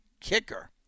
kicker